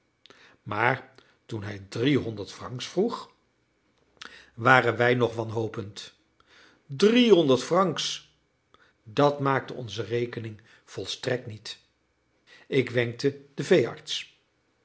maar toen hij drie honderd francs vroeg waren wij nog wanhopend drie honderd francs dat maakte onze rekening volstrekt niet ik wenkte den veearts